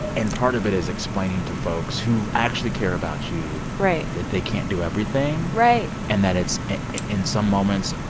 and part of it is explaining to folks who actually care about you. right. that they can't do everything right and that it's in some moments,